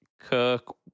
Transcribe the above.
Kirk